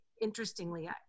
Interestingly